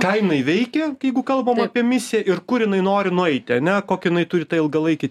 ką jinai veikia jeigu kalbam apie misiją ir kur jinai nori nueiti ane kokį jinai turi tą ilgalaikį